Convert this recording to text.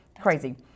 Crazy